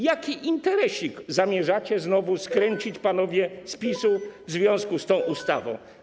Jaki interesik zamierzacie znowu skręcić, panowie z PiS-u, w związku z tą ustawą?